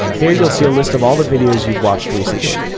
here you'll see a list of all the videos you've watched recently.